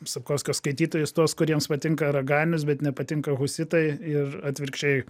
sapkovskio skaitytojus tuos kuriems patinka raganius bet nepatinka husitai ir atvirkščiai